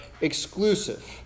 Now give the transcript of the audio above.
exclusive